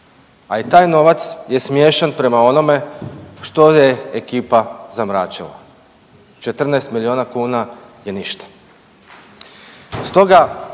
a i taj novac je smiješan prema onome što je ekipa zamračila. 14 milijuna kuna je ništa.